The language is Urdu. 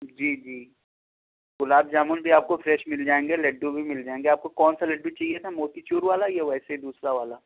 جی جی گلاب جامن بھی آپ کو فریش مل جائیں گے لڈو بھی مل جائیں گے آپ کو کون سا لڈو چاہیے تھا موتی چور والا یا ویسے دوسرا والا